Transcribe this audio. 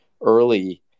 early